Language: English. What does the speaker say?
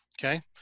Okay